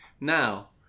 Now